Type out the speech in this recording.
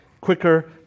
quicker